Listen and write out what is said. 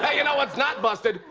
ah you know what's not busted?